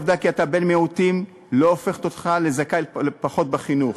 העובדה שאתה בן-מיעוטים לא הופכת אותך לזכאי פחות בחינוך,